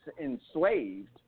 enslaved